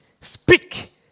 Speak